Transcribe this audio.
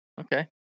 okay